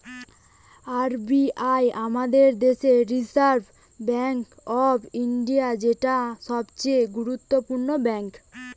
R B I আমাদের দেশের reserve bank of India, যেটা সবচে গুরুত্বপূর্ণ ব্যাঙ্ক